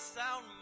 sound